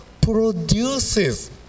produces